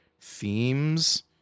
themes